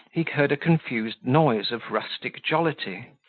he heard a confused noise of rustic jollity,